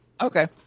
Okay